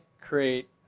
create